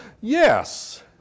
yes